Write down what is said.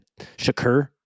Shakur